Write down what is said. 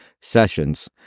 sessions